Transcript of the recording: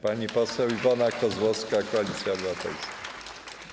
Pani poseł Iwona Kozłowska, Koalicja Obywatelska.